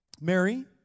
Mary